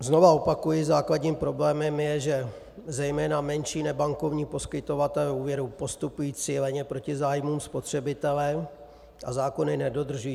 Znova opakuji, základním problémem je, že zejména menší nebankovní poskytovatelé úvěru postupují cíleně proti zájmům spotřebitele a zákony nedodržují.